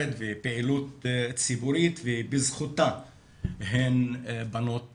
ובפעילות ציבורית ובזכותה הן בנות מצליחות,